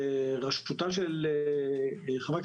כמה שיותר להנגיש את השירות או בבית או במרפאה,